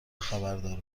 خبردار